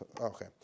okay